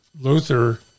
Luther